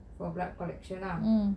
for blood collection lah